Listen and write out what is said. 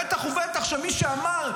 בטח ובטח שמי שאמר,